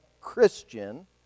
Christian